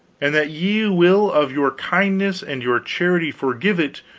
and that ye will of your kindness and your charity forgive it,